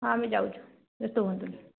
ହଁ ଆମେ ଯାଉଛୁ ବ୍ୟସ୍ତ ହୁଅନ୍ତୁନି